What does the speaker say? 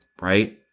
right